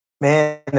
Man